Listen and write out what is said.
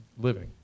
living